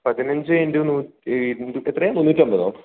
പതിനഞ്ച് ഇൻറ്റു എത്രയാണ് മുന്നൂറ്റി അൻപതോ